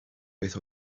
beth